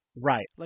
Right